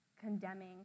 condemning